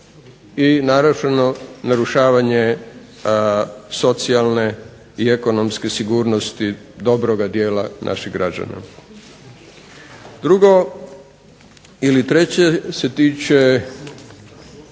džepa i narušavanje socijalne i ekonomske sigurnosti dobroga dijela naših građana. Drugo ili treće se tiče